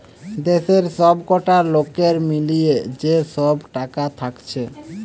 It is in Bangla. দেশের সবকটা লোকের মিলিয়ে যে সব টাকা থাকছে